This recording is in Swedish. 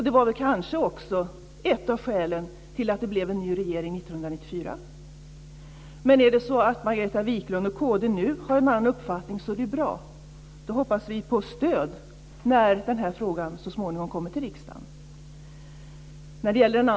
Det var kanske också ett av skälen till att det blev en ny regering Men är det så att Margareta Viklund och kd nu har en annan uppfattning är det bra. Då hoppas vi på stöd när den här frågan så småningom kommer till riksdagen.